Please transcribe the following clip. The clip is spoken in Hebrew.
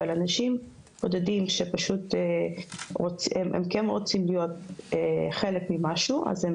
אבל אנשים בודדים שהם כן רוצים להיות חלק ממשהו אז הם